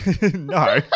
no